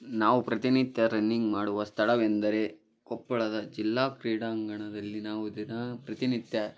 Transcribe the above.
ನಾವು ಪ್ರತಿನಿತ್ಯ ರನ್ನಿಂಗ್ ಮಾಡುವ ಸ್ಥಳವೆಂದರೆ ಕೊಪ್ಪಳದ ಜಿಲ್ಲಾ ಕ್ರೀಡಾಂಗಣದಲ್ಲಿ ನಾವು ದಿನಾ ಪ್ರತಿನಿತ್ಯ